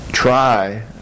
Try